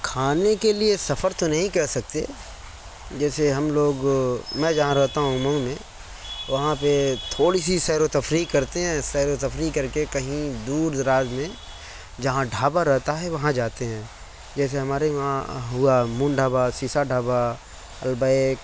کھانے کے لئے سفر تو نہیں کہہ سکتے جیسے ہم لوگ میں جہاں رہتا ہوں مئو میں وہاں پہ تھوڑی سی سیر و تفریح کرتے ہیں سیر و تفریح کر کے کہیں دور دراز میں جہاں ڈھابا رہتا ہے وہاں جاتے ہیں جیسے ہمارے وہاں ہوا مون ڈھابا سیسا ڈھابا البیک